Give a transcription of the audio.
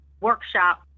workshop